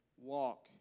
walk